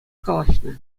калаҫнӑ